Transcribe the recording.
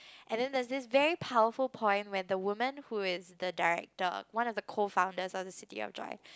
and then that is very powerful point when the women who is the director one of the co founders of City of Joy